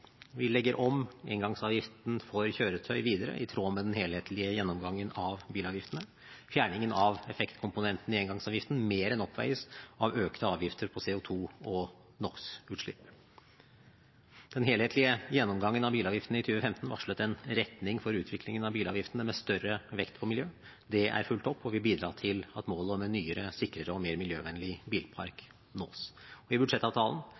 Vi legger om engangsavgiften for kjøretøy videre i tråd med den helhetlige gjennomgangen av bilavgiftene, fjerningen av effektkomponentene i engangsavgiften mer enn oppveies av økte avgifter på CO 2 - og NO X -utslipp. Den helhetlige gjennomgangen av bilavgiftene i 2015 varslet en retning for utviklingen av bilavgiftene med større vekt på miljø. Det er fulgt opp og vil bidra til at målet om en nyere, sikrere og mer miljøvennlig bilpark nås. I budsjettavtalen